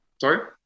Sorry